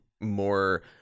more